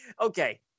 okay